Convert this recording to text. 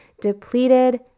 depleted